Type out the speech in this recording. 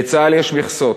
לצה"ל יש מכסות.